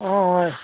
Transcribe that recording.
অঁ হয়